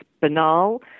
banal